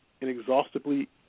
inexhaustibly